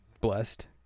blessed